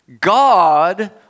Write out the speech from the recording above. God